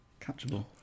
catchable